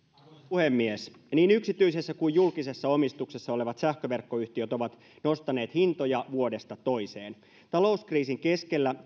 puhemies niin yksityisessä kuin julkisessa omistuksessa olevat sähköverkkoyhtiöt ovat nostaneet hintoja vuodesta toiseen talouskriisin keskellä